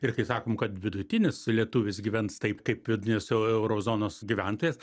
ir kai sakom kad vidutinis lietuvis gyvens taip kaip vidinis euro zonos gyventojas